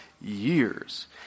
years